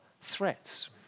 threats